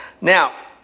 Now